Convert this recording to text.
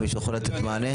מישהו יכול לתת מענה?